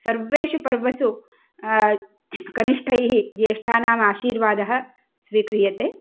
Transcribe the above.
सर्वेषु पर्वसु कनिष्ठैः ज्येष्ठानाम् आशीर्वादः स्वीक्रियते